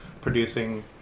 producing